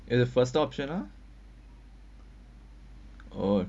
at the first option ah oh